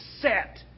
set